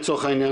לצורך העניין,